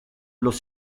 los